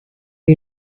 you